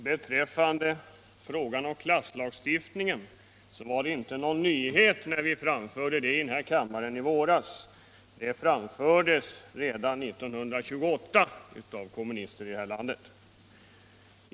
Herr talman! Uttalandet om klasslagstiftningen var inte någon nyhet när vi framförde det i denna kammare i våras. Den uppfattningen framfördes redan 1928 av kommunister i det här landet.